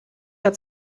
hat